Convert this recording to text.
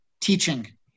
teaching